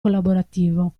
collaborativo